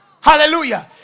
Hallelujah